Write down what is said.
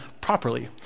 properly